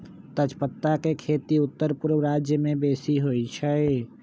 तजपत्ता के खेती उत्तरपूर्व राज्यमें बेशी होइ छइ